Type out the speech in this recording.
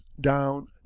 down